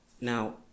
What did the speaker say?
Now